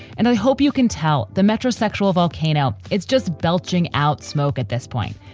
and i hope you can tell the metrosexual volcano. it's just belching out smoke at this point.